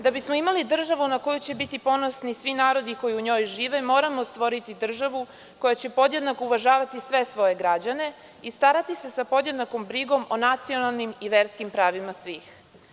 Da bismo imali državu na koju će biti ponosni svi narodi koji u njoj žive, moramo stvoriti državu koja će podjednako uvažavati sve svoje građane i starati se sa podjednakom brigom o nacionalnim i verskim pravima svih.